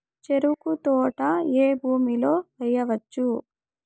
చెరుకు తోట ఏ భూమిలో వేయవచ్చు?